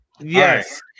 yes